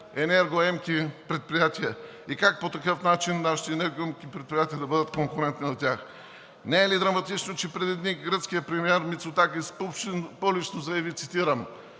енергоемки предприятия! Е как по такъв начин нашите енергоемки предприятия могат да бъдат конкурентни на тях! Не е ли драматично, че преди дни гръцкият премиер Мицотакис публично заяви, цитирам: